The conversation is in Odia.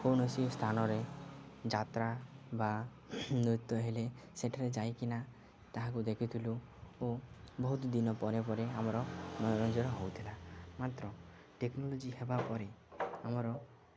କୌଣସି ସ୍ଥାନରେ ଯାତ୍ରା ବା ନୃତ୍ୟ ହେଲେ ସେଠାରେ ଯାଇକିନା ତାହାକୁ ଦେଖିଥିଲୁ ଓ ବହୁତ ଦିନ ପରେ ପରେ ଆମର ମନୋରଞ୍ଜନ ହେଉଥିଲା ମାତ୍ର ଟେକ୍ନୋଲୋଜି ହେବା ପରେ ଆମର